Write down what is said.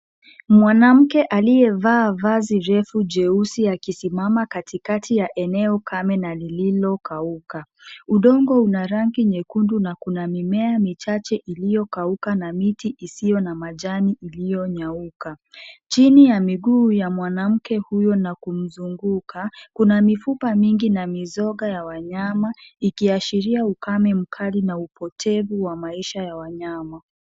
Mwanamke aliyevaa vazi refu jeusi akisimama katikati ya eneo kame na lililokauka. Udongo una rangi nyekundu na kuna mimea michache iliyokauka na miti isiyo na majani iliyonyauka. Chini ya miguu ya mwanamke huyo na kumzunguka, kuna mifupa mingi na mizoga ya wanyama ikiashiria ukame mkali na upotevu wa maisha ya wanyama.